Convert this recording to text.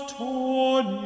torn